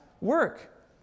work